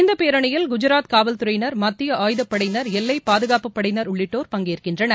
இந்த பேரணியில் குஜராத் காவல் துறையினர் மத்திய ஆயுதப்படையினர் எல்லைப் பாதுகாப்புப்படையினர் உள்ளிட்டோர் பங்கேற்கின்றனர்